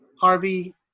Harvey